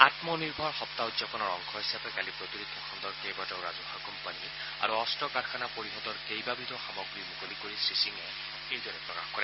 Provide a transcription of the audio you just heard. আম্মনিৰ্ভৰ সপ্তাহ উদযাপনৰ অংশ হিচাপে কালি প্ৰতিৰক্ষা খণ্ডৰ কেইবাটাও ৰাজহুৱা কোম্পানী আৰু অস্ত্ৰ কাৰখানা পৰিযদৰ কেইবাবিধো সামগ্ৰী মুকলি কৰি শ্ৰীসিঙে এইদৰে প্ৰকাশ কৰে